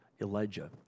Elijah